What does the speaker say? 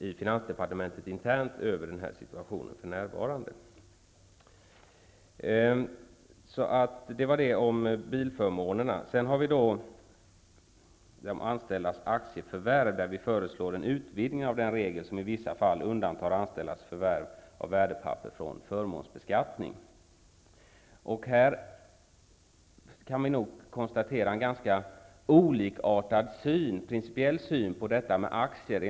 I finansdepartementet tittar man -- som Lars Bäckström mycket riktigt sade -- för närvarande internt speciellt på de här förhållandena. När det sedan gäller de anställdas aktieförvärv föreslår vi en utvidgning av den regel som i vissa fall undantar anställdas förvärv av värdepapper från förmånsbeskattning. Här kan vi nog konstatera en ganska olikartad principiell syn på aktierna.